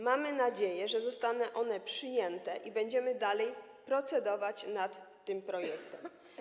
Mamy nadzieję, że zostaną one przyjęte i że będziemy dalej procedować nad tym projektem.